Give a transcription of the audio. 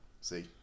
see